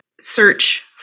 search